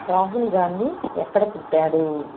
రాహుల్ గాంధీ ఎక్కడ పుట్టాడు